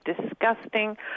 disgusting